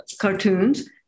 cartoons